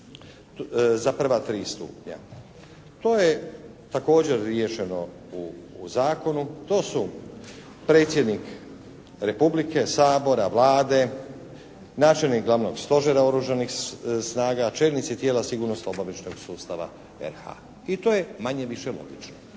za prva tri stupnja. To je također riješeno u zakonu. To su predsjednik Republike, Sabora, Vlade, načelnik Glavnog stožera Oružanih snaga, čelnici tijela sigurnosno-obavještajnog sustava RH i to je manje-više logično.